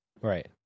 right